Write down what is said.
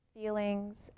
feelings